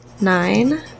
Nine